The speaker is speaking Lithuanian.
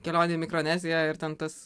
kelionė į mikroneziją ir ten tas